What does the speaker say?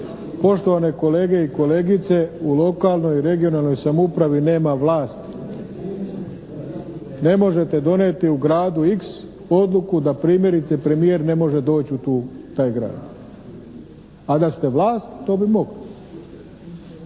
Poštovane kolege i kolegice u lokalnoj i regionalnoj samoupravi nema vlasti. Ne možete donijeti u gradu «x» odluku da primjerice premijer ne može doći u tu, taj grad. A da ste vlast to bi mogli.